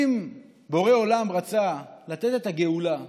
אם בורא עולם רצה לתת את הגאולה,